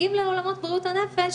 וכשמגיעים לעולמות בריאות הנפש